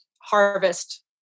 harvest